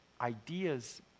ideas